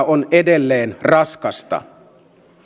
on edelleen raskasta